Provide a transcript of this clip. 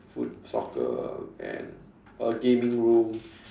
foot~ soccer and a gaming room